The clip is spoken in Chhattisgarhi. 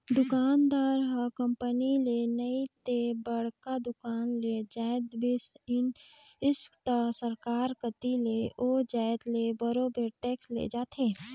दुकानदार ह कंपनी ले नइ ते बड़का दुकान ले जाएत बिसइस त सरकार कती ले ओ जाएत ले बरोबेर टेक्स ले जाथे